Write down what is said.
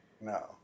No